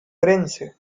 orense